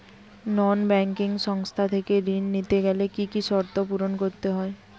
নন banking সংস্থা থেকে ঋণ নিতে গেলে কি কি শর্ত পূরণ করতে হয়?